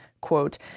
quote